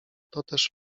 toteż